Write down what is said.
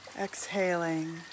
Exhaling